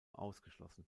ausgeschlossen